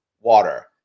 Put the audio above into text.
water